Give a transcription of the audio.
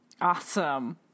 Awesome